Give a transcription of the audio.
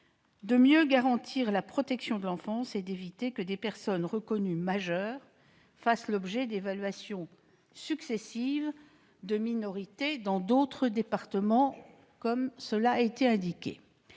de mieux garantir la protection de l'enfance et d'éviter que des personnes reconnues majeures ne fassent l'objet d'évaluations successives de minorité dans d'autres départements, comme le rapporteur